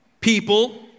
people